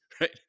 Right